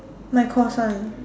my course one